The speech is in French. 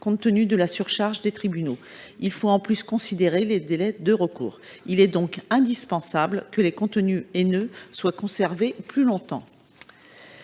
étant donné la surcharge des tribunaux ; il faut considérer en plus les délais de recours. Il est donc indispensable que les contenus haineux soient conservés plus longtemps.